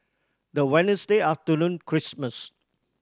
the Wednesday after Christmas